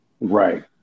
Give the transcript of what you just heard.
right